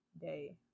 day